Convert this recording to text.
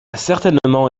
certainement